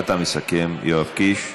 אתה מסכם, יואב קיש,